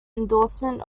endorsement